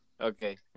Okay